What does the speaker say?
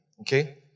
Okay